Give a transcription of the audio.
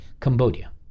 Cambodia